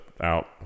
out